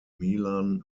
milan